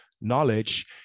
knowledge